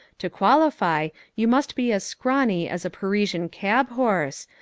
to qualify you must be as scrawny as a parisian cab-horse,